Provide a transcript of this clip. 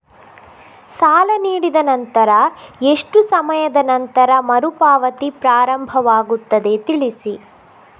ಸಾಲ ನೀಡಿದ ನಂತರ ಎಷ್ಟು ಸಮಯದ ನಂತರ ಮರುಪಾವತಿ ಪ್ರಾರಂಭವಾಗುತ್ತದೆ ತಿಳಿಸಿ?